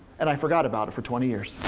and i forgot about it for twenty years,